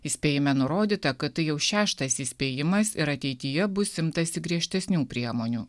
įspėjime nurodyta kad tai jau šeštas įspėjimais ir ateityje bus imtasi griežtesnių priemonių